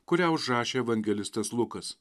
kurią užrašė evangelistas lukas